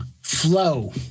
Flow